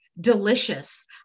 delicious